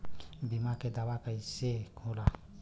बीमा के दावा कईसे होला?